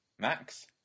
Max